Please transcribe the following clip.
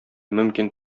мөмкин